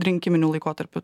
rinkiminiu laikotarpiu